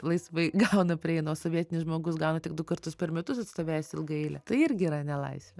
laisvai gauna prieina o sovietinis žmogus gauna tik du kartus per metus atstovėjęs ilgą eilę tai irgi yra nelaisvė